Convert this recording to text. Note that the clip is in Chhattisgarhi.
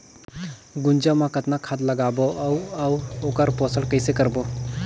गुनजा मा कतना खाद लगाबो अउ आऊ ओकर पोषण कइसे करबो?